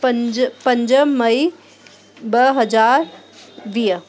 पंज पंज मई ॿ हज़ार वीह